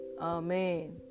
Amen